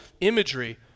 imagery